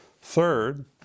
Third